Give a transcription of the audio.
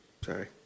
Sorry